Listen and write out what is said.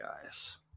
guys